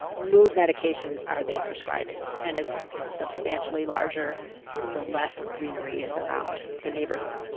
mood medications are they prescribing? and it's substantially larger the less greenery is around the neighborhood